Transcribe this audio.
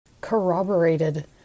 corroborated